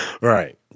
Right